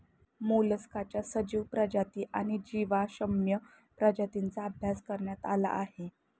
मोलस्काच्या सजीव प्रजाती आणि जीवाश्म प्रजातींचा अभ्यास करण्यात आला आहे